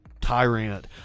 Tyrant